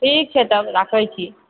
ठीक छै तब राखएछी